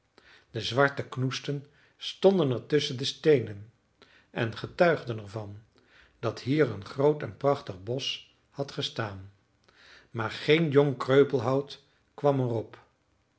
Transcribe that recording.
de zwarte knoesten stonden er tusschen de steenen en getuigden er van dat hier een groot en prachtig bosch had gestaan maar geen jong kreupelhout kwam er